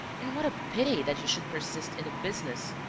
and what a pity that you should persist in a business.